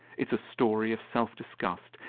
it's a story of self-disgust,